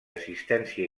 assistència